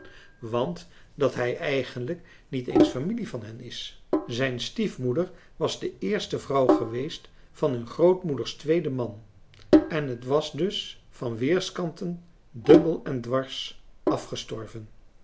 want dat hij eigenlijk niet eens familie van hen is zijn stiefmoeder was de eerste vrouw geweest van hun grootmoeders tweeden man en het was dus van weerskanten dubbel en dwars afgestorven